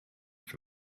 for